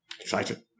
Excited